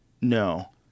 no